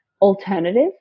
alternative